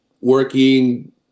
working